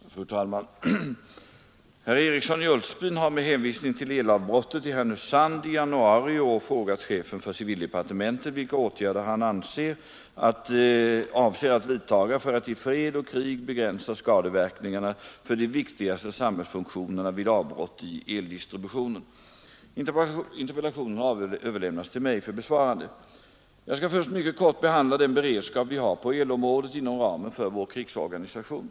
Fru talman! Herr Eriksson i Ulfsbyn har med hänvisning till elavbrottet i Härnösand i januari i år frågat chefen för civildepartementet vilka åtgärder han avser att vidtaga för att i fred och krig begränsa skadeverkningarna för de viktigaste samhällsfunktionerna vid avbrott i eldistributionen. Interpellationen har överlämnats till mig för besvarande. Jag skall först mycket kort behandla den beredskap vi har på elområdet inom ramen för vår krigsorganisation.